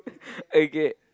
okay